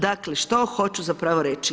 Dakle što hoću zapravo reći?